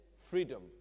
freedom